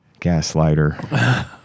Gaslighter